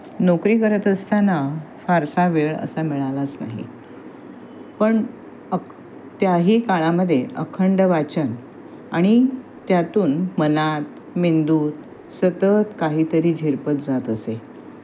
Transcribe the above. नोकरी करत असताना फारसा वेळ असा मिळालाच नाही पण अक त्याही काळामध्ये अखंड वाचन आणि त्यातून मनात मेंदूत सतत काहीतरी झिरपत जात असे